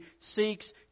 seeks